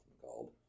called